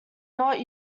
not